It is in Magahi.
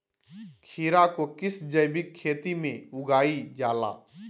खीरा को किस जैविक खेती में उगाई जाला?